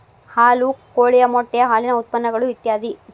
ಹಾಲು ಕೋಳಿಯ ಮೊಟ್ಟೆ ಹಾಲಿನ ಉತ್ಪನ್ನಗಳು ಇತ್ಯಾದಿ